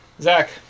Zach